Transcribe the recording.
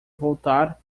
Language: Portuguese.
voltar